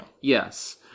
Yes